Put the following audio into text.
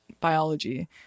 biology